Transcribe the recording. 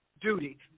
duty